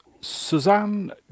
Suzanne